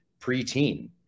preteen